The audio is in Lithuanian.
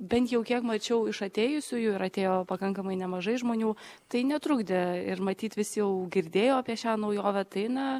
bent jau kiek mačiau iš atėjusiųjų ir atėjo pakankamai nemažai žmonių tai netrukdė ir matyt visi jau girdėjo apie šią naujovę tai na